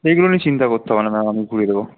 এগুলো নিয়ে চিন্তা করতে হবে না ম্যাম আমি ঘুরিয়ে দেবো